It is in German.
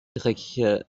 dreckige